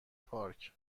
پارک